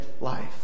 life